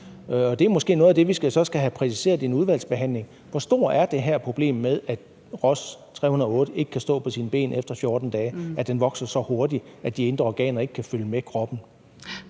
det er måske noget af det, som vi så skal have præciseret i en udvalgsbehandling: Hvor stort er det her problem med, at Ross 308 ikke kan stå på sine ben efter 14 dage, og at den vokser så hurtigt, at de indre organer ikke kan følge med kroppen?